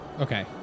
Okay